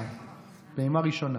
הפעימה הראשונה.